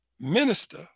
minister